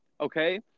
Okay